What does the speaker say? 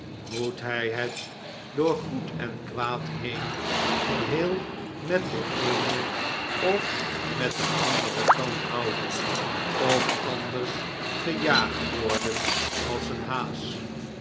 moet hij het door goed en kwaad heen geheel met den eenen of met den anderen kant houden of anders gejaagd worden als een haas